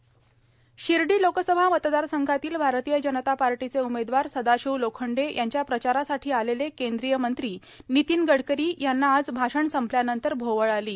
र्शिर्डा लोकसभा मतदारसंघातील भारतीय जनता पार्टाचे उमेदवार सर्दाशिव लोखंडे यांच्या प्रचारासाठी आलेले कद्रीय मंत्री नितीन गडकरी यांना आज भाषण संपल्यानंतर भोवळ आलो